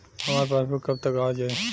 हमार पासबूक कब तक आ जाई?